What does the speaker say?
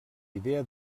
idea